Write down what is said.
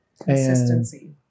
consistency